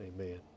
Amen